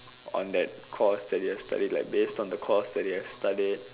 on that course that you've studied like based on the course that you've studied